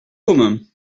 commun